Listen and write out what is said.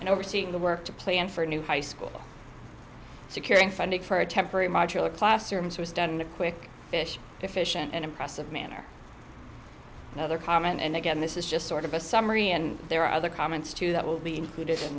and overseeing the work to plan for a new high school securing funding for a temporary modular classrooms was done in a quick fish efficient and impressive manner another comment and again this is just sort of a summary and there are other comments too that will be included in